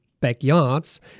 backyards